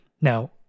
now